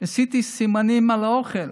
עשיתי סימנים על האוכל,